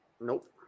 Nope